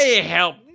help